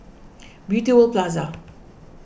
Beauty World Plaza